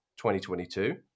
2022